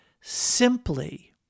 simply